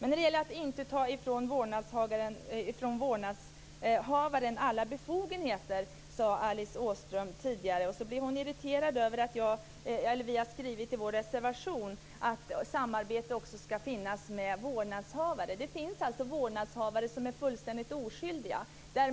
När det gäller att inte ta ifrån vårdnadshavaren alla befogenheter är Alice Åström irriterad över att vi i vår reservation har skrivit att samarbete också ska ske med vårdnadshavare. Det finns alltså vårdnadshavare som är fullständigt oskyldiga.